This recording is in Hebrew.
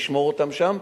נשמור אותן שם,